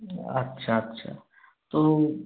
আচ্ছা আচ্ছা তো